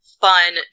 fun